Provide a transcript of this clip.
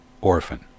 orphan